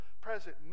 present